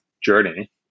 journey